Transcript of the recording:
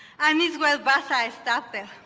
um it's where basa start there.